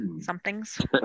somethings